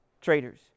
traders